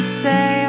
say